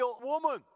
woman